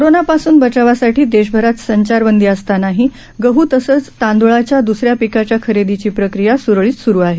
कोरोनापासून बचावासाठी देशभरात संचारबंदी असतानाही गडू तसंच तांदळ्याच्या दुसऱ्या पिकाच्या खरेदीची प्रक्रिया सुरळीत सुरु आहे